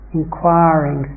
inquiring